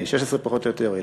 בני 16 פחות או יותר,